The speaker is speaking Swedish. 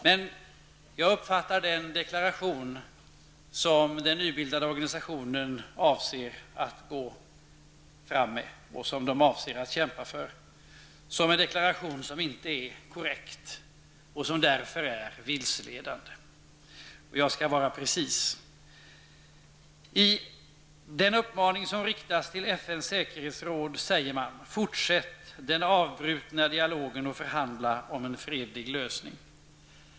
Men jag uppfattar den deklaration som den nybildade aktionsgruppen avser att gå fram med och som den avser att kämpa för som en deklaration som inte är korrekt och därför är vilseledande. Jag skall vara precis. I den uppmaning som riktas till FNs säkerhetsråd säger man: ''Fortsätt den avbrutna dialogen och förhandla om en fredlig lösning.''